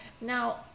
now